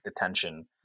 attention